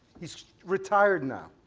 he's retired now.